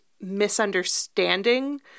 misunderstanding